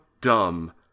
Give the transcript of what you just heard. dumb